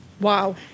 Wow